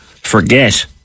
forget